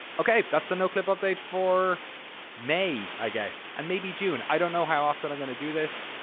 ok, that's the noclip update for may, i guess, and maybe june. i don't know how often i'm going to do this,